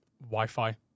Wi-Fi